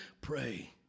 pray